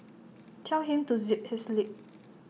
tell him to zip his lip